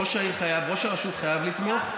ראש הרשות חייב לתמוך.